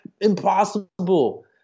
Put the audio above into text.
impossible